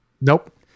Nope